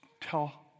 tell